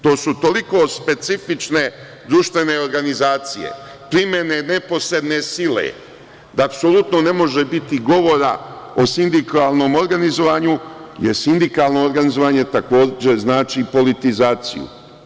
To su toliko specifične društvene organizacije primene neposredne sile da apsolutno ne može biti govora o sindikalnom organizovanju jer sindikalno organizovanje takođe znači politizaciju.